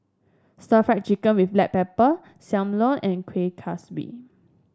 Stir Fried Chicken with Black Pepper Sam Lau and Kuih Kaswi